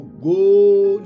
go